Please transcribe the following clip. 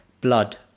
Blood